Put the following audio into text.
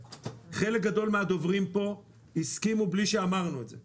חלק גדול מהדוברים פה הסכימו בלי שאמרנו את זה,